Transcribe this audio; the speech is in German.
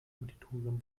auditorium